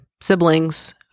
siblings